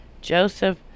Joseph